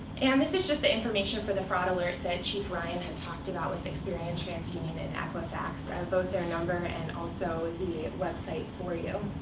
and this is just the information for the fraud alert that chief ryan had talked about with experian, transunion, and equifax both their number and also the website for you.